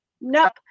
Nope